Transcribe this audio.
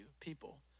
people